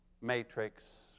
matrix